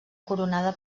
coronada